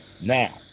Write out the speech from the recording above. now